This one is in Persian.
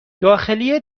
داخلی